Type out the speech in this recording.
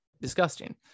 disgusting